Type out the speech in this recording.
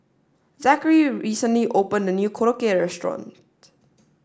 Zackary recently opened a new Korokke restaurant